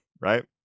Right